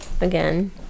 Again